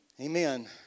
Amen